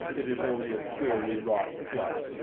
it is only a queerly wrought club.